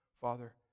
Father